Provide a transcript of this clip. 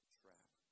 trap